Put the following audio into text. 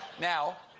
now,